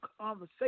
conversation